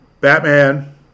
Batman